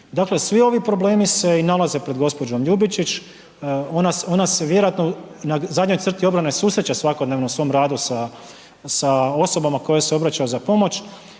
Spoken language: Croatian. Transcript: Dakle, svi ovi problemi se i nalaze pred gospođom Ljubičić, ona se vjerojatno na zadnjoj crti obrane susreće svakodnevno u svom radu sa osobama koje joj se obraćaju za pomoć,